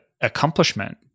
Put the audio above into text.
accomplishment